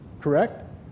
correct